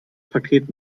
paket